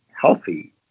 healthy